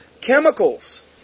chemicals